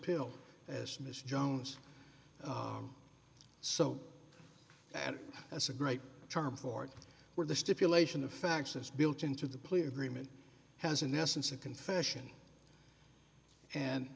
pill as mr jones so that as a great charm for it were the stipulation of facts is built into the plea agreement has in essence a confession and